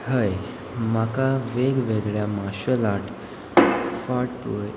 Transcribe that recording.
हय म्हाका वेगवेगळ्या मार्शल आर्ट फाट